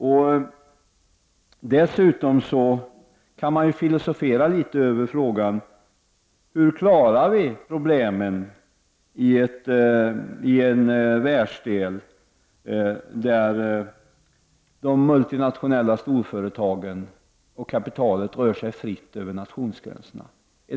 Man kan dessutom filosofera över frågan: Hur skall vi klara av problemen i en världsdel där de multinationella storföretagen och kapitalet rör sig fritt över nationsgränserna?